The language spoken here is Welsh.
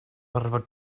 orfod